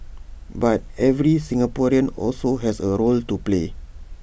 but every Singaporean also has A role to play